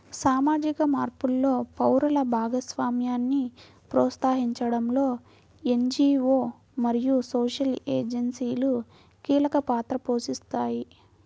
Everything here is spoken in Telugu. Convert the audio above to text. సామాజిక మార్పులో పౌరుల భాగస్వామ్యాన్ని ప్రోత్సహించడంలో ఎన్.జీ.వో మరియు సోషల్ ఏజెన్సీలు కీలక పాత్ర పోషిస్తాయి